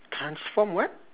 transform what